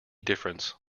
difference